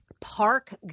park